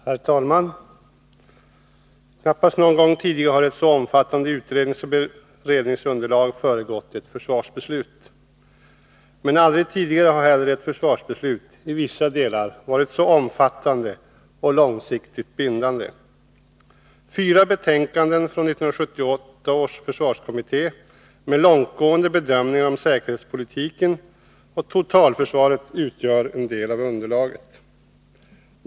Herr talman! Knappast någon gång tidigare har ett så omfattande utredningsoch beredningsunderlag föregått ett försvarsbeslut. Men aldrig tidigare har heller ett försvarsbeslut, i vissa delar, varit så omfattande och långsiktigt bindande. Fyra betänkanden från 1978 års försvarskommitté med långtgående bedömningar om säkerhetspolitiken och totalförsvaret utgör en del av underlaget.